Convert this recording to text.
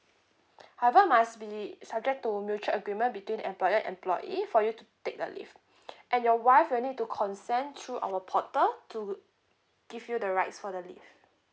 however must be subject to mutual agreement between employer employee for you to take the leave and your wife will need to consent through our portal to give you the rights for the leave